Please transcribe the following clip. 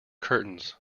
curtains